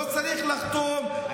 לא צריך לחתום,